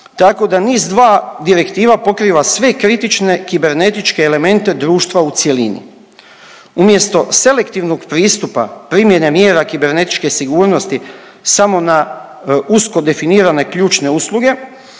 tako da NIS2 direktiva pokriva sve kritične kibernetičke elemente društva u cjelini. Umjesto selektivnog pristupa primjene mjera kibernetičke sigurnosti samo na usko definirane ključne usluge